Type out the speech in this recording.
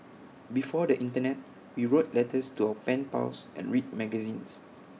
before the Internet we wrote letters to our pen pals and read magazines